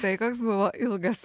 tai koks buvo ilgas